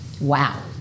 Wow